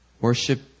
worship